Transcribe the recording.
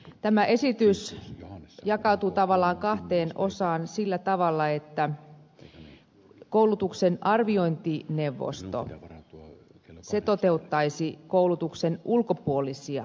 tämä esitys jakautuu tavallaan kahteen osaan sillä tavalla että koulutuksen arviointi hevosen tallin etu on arviointineuvosto toteuttaisi koulutuksen ulkopuolisia arviointeja